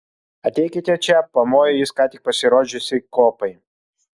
ateikite čia pamojo jis ką tik pasirodžiusiai kuopai